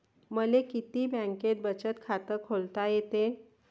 मले किती बँकेत बचत खात खोलता येते?